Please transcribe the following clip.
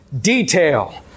detail